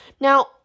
Now